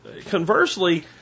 Conversely